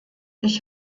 ich